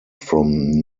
from